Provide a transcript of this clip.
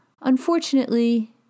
Unfortunately